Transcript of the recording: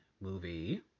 movie